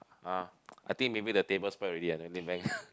ah I think maybe the table spoil already in the Maybank